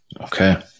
Okay